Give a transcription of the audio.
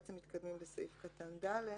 אנחנו מתקדמים לסעיף (ד)